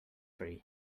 free